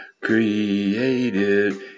created